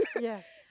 yes